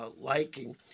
liking